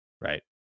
Right